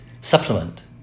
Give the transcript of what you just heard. supplement